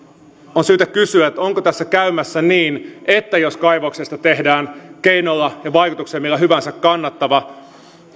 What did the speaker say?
on syytä kysyä onko tässä käymässä niin että jos kaivoksesta tehdään keinolla ja vaikutuksilla millä hyvänsä kannattava